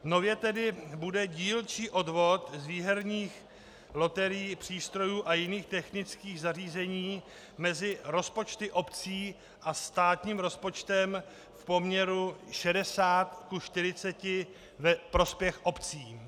Nově tedy bude dílčí odvod z výherních loterií, přístrojů a jiných technických zařízení mezi rozpočty obcí a státním rozpočtem v poměru 60 ku 40 ve prospěch obcí.